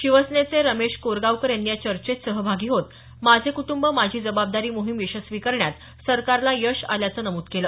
शिवसेनेचे रमेश कोरगावकर यांनी या चर्चेत सहभागी होत माझे कुटंब माझी जबाबदारी मोहिम यशस्वी करण्यात सरकारला यश आल्याचं नमूद केलं